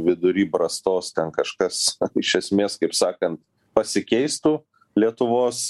vidury brastos ten kažkas iš esmės kaip sakan pasikeistų lietuvos